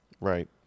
Right